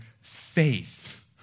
faith